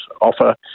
offer